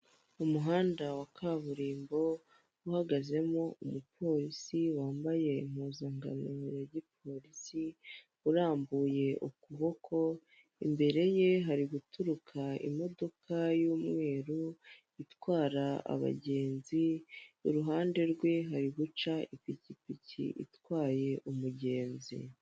Umuhanda wa kaburimbo uhagazemo umupolisi wambaye impuzankano yagi polisi urambuye ukuboko, imbereye hariguturuka imodoka y'umumweru itwara abagenzi uruhanderwe hari guca ipikipiki itwaye umugenzi.